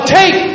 take